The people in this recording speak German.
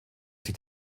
sich